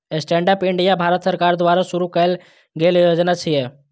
stand up India Bharat सरकार द्वारा शुरू कैल गेल योजना छियै